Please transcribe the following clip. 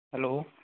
hello